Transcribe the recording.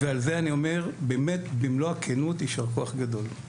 ועל זה אני אומר במלוא הכנות יישר כוח גדול.